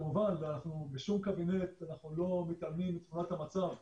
כמובן, בשום קבינט אנחנו לא מתעלמים מתמונת המצב.